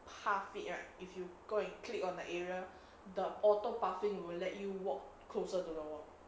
half it right if you go and click on the area the auto baffling will let you walk closer to the wall